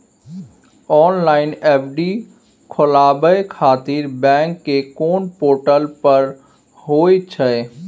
Online FD खोलाबय खातिर bank के कोन पोर्टल पर होए छै?